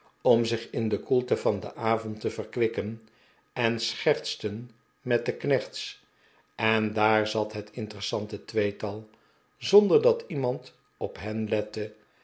om zich in de koelte van den avond te verkwikken en schertsten met de knechts en daar zat het interessante tweetal zonder dat lemand op hen lette